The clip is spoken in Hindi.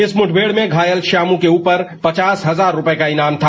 इस मुठभेड़ में घायल शामू के ऊपर पचास हजार रुपये का ईनाम था